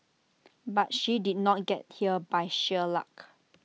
but she did not get here by sheer luck